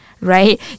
right